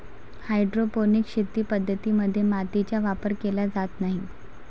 hydroponic शेती पद्धतीं मध्ये मातीचा वापर केला जात नाही